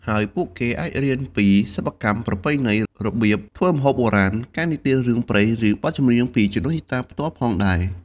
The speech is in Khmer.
ហើយពួកគេអាចរៀនពីសិប្បកម្មប្រពៃណី របៀបធ្វើម្ហូបបុរាណ ការនិទានរឿងព្រេង ឬបទចម្រៀងពីជីដូនជីតាផ្ទាល់ផងដែរ។